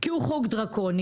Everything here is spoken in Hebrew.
כי הוא חוק דרקוני,